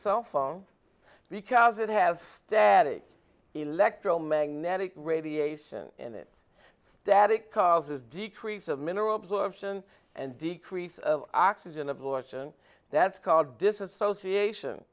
cell phone because it has static electromagnetic radiation in it that it causes decrease of mineral absorption and decrease of oxygen of lorson that's called disassociation